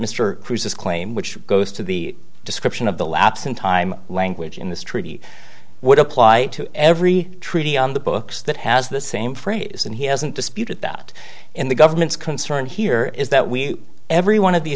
mr bruce's claim which goes to the description of the lapse in time language in this treaty would apply to every treaty on the books that has the same phrase and he hasn't disputed that in the government's concern here is that we every one of the